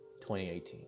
2018